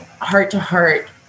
heart-to-heart